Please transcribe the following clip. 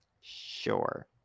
sure